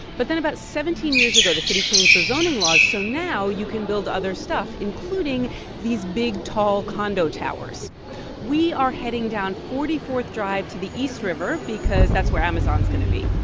but then, about seventeen years ago, the city changed the zoning laws so now you can build other stuff, including these big, tall condo towers we are heading down forty fourth drive to the east river because that's where amazon's going to be